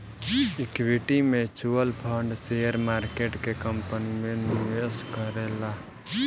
equity mutual fund share market के company में निवेश करेला